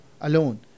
alone